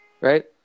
Right